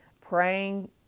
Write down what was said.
praying